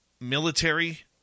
military